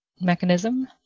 Mechanism